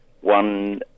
one